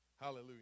Hallelujah